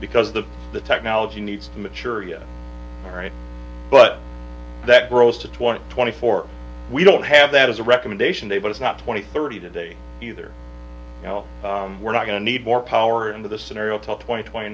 because the technology needs to mature yet right but that grows to twenty twenty four we don't have that as a recommendation they but it's not twenty thirty today either you know we're not going to need more power in the scenario top twenty twenty